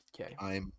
Okay